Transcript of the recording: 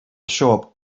shop